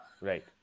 Right